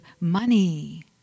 money